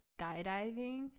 skydiving